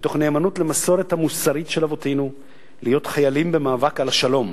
ותוך נאמנות למסורת המוסרית של אבותינו להיות חיילים במאבק על השלום,